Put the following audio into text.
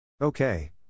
Okay